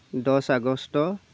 দহ আগষ্ট